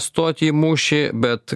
stoti į mūšį bet